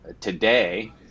Today